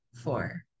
four